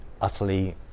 utterly